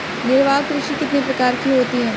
निर्वाह कृषि कितने प्रकार की होती हैं?